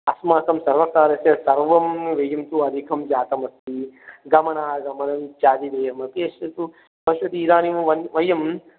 अस्माकं सर्वकारस्य सर्वं व्ययन्तुं अधिकं जातमस्ति गमनागमनं चालनियम् अपि अस्य तु पश्यतु इदानीं वयम्